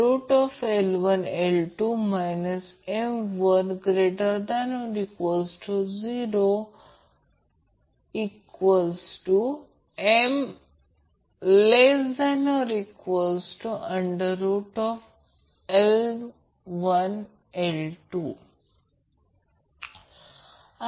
आपण C ची दोन मूल्ये मिळवली ज्यासाठी सर्किट रेसोनेट होईल आणि जर हे ZL4 4 RC 2 XL 2 साठी सर्किट C 2 LZL 2 वर पुन्हा रेसोनेट होईल तर हे L साठी आहे आणि हे C साठी आहे